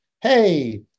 hey